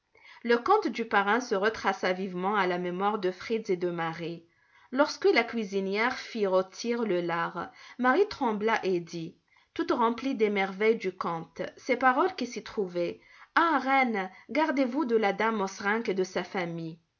le conte du parrain se retraça vivement à la mémoire de fritz et de marie lorsque la cuisinière fit rôtir le lard marie trembla et dit toute remplie des merveilles du conte ces paroles qui s'y trouvaient ah reine gardez-vous de la dame mauserink et de sa famille